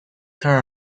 there